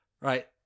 Right